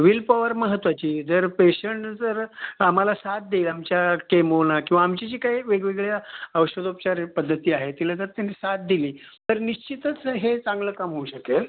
will power महत्त्वाची जर patient जर आम्हाला साथ देईल आमच्या केमोना किवा आमची जी काही वेगवेगळ्या औषधोपचार पद्धती आहेत तिला जर त्यांनी साथ दिली तर निश्चितच हे चांगलं काम होऊ शकेल